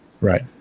Right